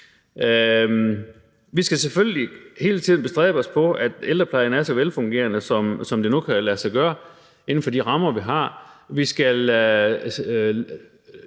Vi skal selvfølgelig hele tiden bestræbe os på, at ældreplejen er så velfungerende, som det nu kan lade sig gøre, inden for de rammer, vi har.